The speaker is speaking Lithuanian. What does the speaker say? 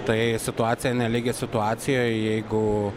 tai situacija nelygi situacijai jeigu